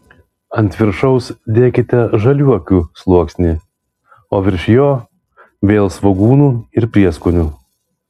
ant viršaus dėkite žaliuokių sluoksnį o virš jo vėl svogūnų ir prieskonių